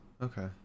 okay